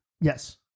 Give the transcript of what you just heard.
Yes